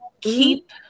keep